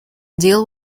deal